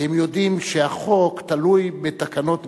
כי הם יודעים שהחוק תלוי בתקנות ביצוע.